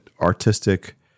artistic